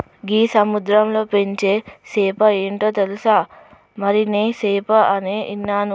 గీ సముద్రంలో పెంచే సేప ఏంటో తెలుసా, మరినే సేప అని ఇన్నాను